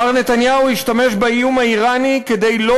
מר נתניהו השתמש באיום האיראני כדי לא